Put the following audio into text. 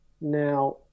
now